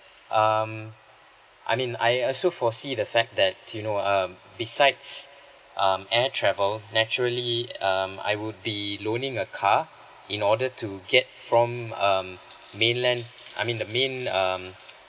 um I mean I also foresee the fact that you know um besides um air travel naturally um I would be loaning a car in order to get from um mainland I mean the main um